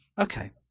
Okay